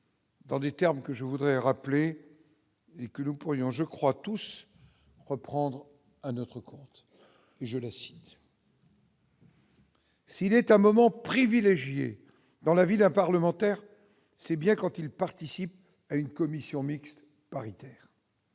Dans les termes que je voudrais rappeler et que nous pourrions je crois tous reprendre à notre compte et je. S'il est un moment privilégié dans la vie d'un parlementaire, c'est bien quand il participe à une commission mixte paritaire,